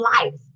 life